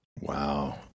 Wow